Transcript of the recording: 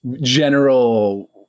general